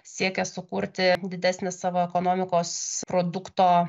siekia sukurti didesnį savo ekonomikos produkto